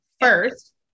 First